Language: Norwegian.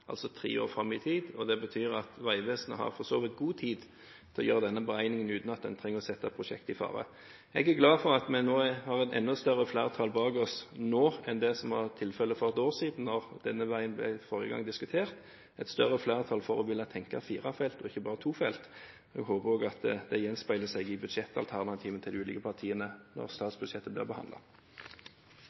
altså tre år fram i tid, og det betyr at Vegvesenet for så vidt har god tid til å gjøre denne beregningen uten å sette prosjektet i fare. Jeg er glad for at vi har et enda større flertall bak oss nå enn det som var tilfellet for ett år siden da denne veien forrige gang ble diskutert – et større flertall for å ville tenke firefelts vei og ikke bare tofelts vei. Jeg håper også at det gjenspeiler seg i budsjettalternativene til de ulike partiene når statsbudsjettet blir